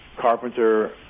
carpenter